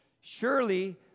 Surely